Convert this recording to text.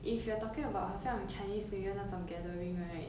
if you are talking about 好像 chinese new year 那种 gathering right